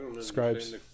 scribes